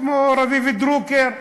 כמו רביב דרוקר,